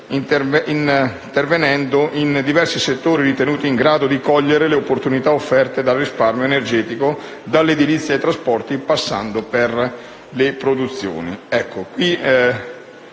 intervenendo in diversi settori ritenuti in grado di cogliere le opportunità offerte dal risparmio energetico, dall'edilizia ai trasporti passando per le produzioni.